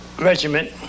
regiment